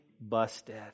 busted